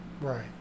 Right